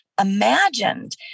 imagined